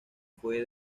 fue